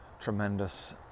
tremendous